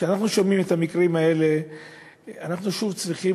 כשאנחנו שומעים על המקרים האלה אנחנו צריכים